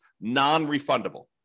non-refundable